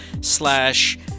slash